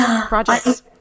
projects